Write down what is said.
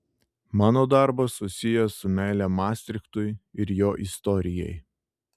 mano darbas susijęs su meile mastrichtui ir jo istorijai